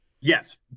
yes